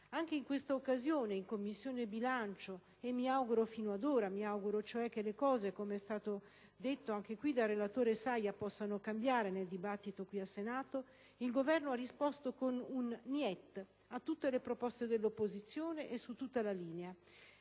Anche in questa occasione in Commissione bilancio (mi auguro fin d'ora che, come è stato detto anche dal relatore Saia, le cose possano cambiare nel dibattito al Senato) il Governo ha risposto con un *niet* a tutte le proposte dell'opposizione e su tutta la linea;